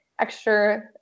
extra